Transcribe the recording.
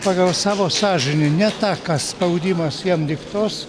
pagal savo sąžinę ne tą ką spaudimas jam diktuos